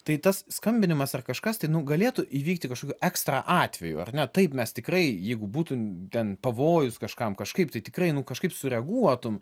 tai tas skambinimas ar kažkas tai galėtų įvykti kažkokiu ekstra atveju ar ne taip mes tikrai jeigu būtų ten pavojus kažkam kažkaip tai tikrai nu kažkaip sureaguotum